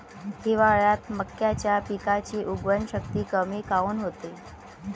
हिवाळ्यात मक्याच्या पिकाची उगवन शक्ती कमी काऊन होते?